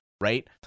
right